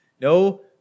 No